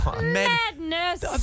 Madness